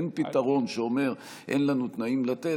אין פתרון שאומר: אין לנו תנאים לתת,